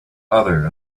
other